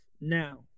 now